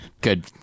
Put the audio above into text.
good